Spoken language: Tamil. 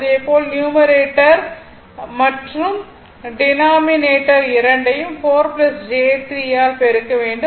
இதே போல் நியூமரேட்டர் மற்றும் டினாமினேட்டர் இரண்டையும் 4 j 3 ஆல் பெருக்க வேண்டும்